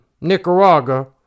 Nicaragua